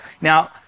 Now